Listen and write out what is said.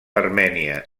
armènia